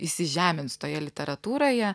įsižemins toje literatūroje